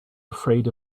afraid